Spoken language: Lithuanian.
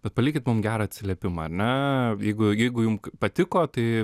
bet palikit mums gerą atsiliepimą ar ne jeigu jeigu jums patiko tai